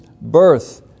birth